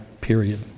Period